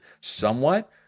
somewhat